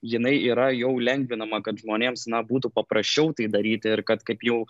jinai yra jau lengvinama kad žmonėms na būtų paprasčiau tai daryti ir kad kaip jau